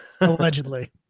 Allegedly